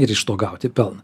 ir iš to gauti pelną